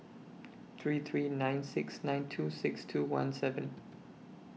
three three nine six nine two six two one seven